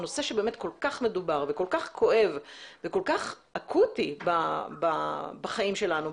נושא שבאמת כל כך מדובר וכל כך כואב וכל כך אקוטי בחיים שלנו,